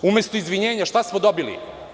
Umesto izvinjenja šta smo dobili?